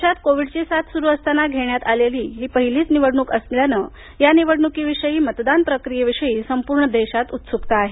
देशात कोविडची साथ सुरू असताना घेण्यात येत असलेली ही पहिलीच निवडणूक असल्यानं या निवडणुकीविषयी मतदान प्रक्रियेविषयी संपूर्ण देशात उत्सुकता आहे